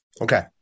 okay